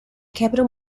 capital